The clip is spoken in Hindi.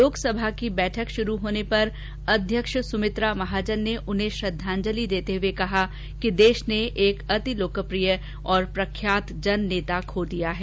लोकसभा की बैठक शुरू होने पर अध्यक्ष सुमित्रा महाजन ने उन्हें श्रद्वांजलि देते हुए कहा कि देश ने एक अति लोकप्रिय और प्रख्यात जननेता खो दिया है